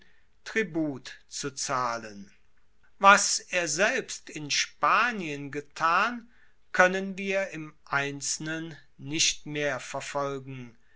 tribut zu zahlen was er selbst in spanien getan koennen wir im einzelnen nicht mehr verfolgen